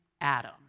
Adam